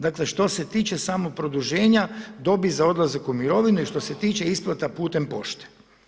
Dakle, što se tiče samog produženja dobi za odlazak u mirovinu i što se tiče isplata putem pošte.